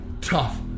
Tough